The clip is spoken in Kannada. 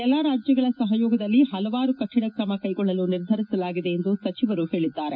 ಎಲ್ಲ ರಾಜ್ಯಗಳ ಸಹಯೋಗದಲ್ಲಿ ಪಲವಾರು ಕಠಿಣ ತ್ರಮ ಕೈಗೊಳ್ಳಲು ನಿರ್ಧರಿಸಲಾಗಿದೆ ಎಂದು ಸಚಿವರು ಹೇಳದ್ದಾರೆ